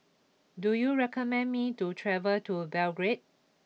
do you recommend me to travel to Belgrade